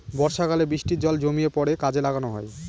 বর্ষাকালে বৃষ্টির জল জমিয়ে পরে কাজে লাগানো হয়